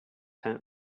tent